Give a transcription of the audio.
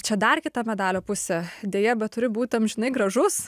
čia dar kita medalio pusė deja bet turi būti amžinai gražus